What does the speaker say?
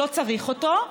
שלא צריך אותו,